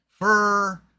fur